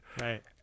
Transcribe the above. Right